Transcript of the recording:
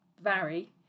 Vary